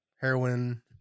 Heroin